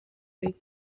wing